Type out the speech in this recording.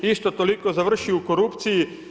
Isto toliko završi u korupciji.